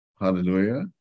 hallelujah